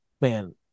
man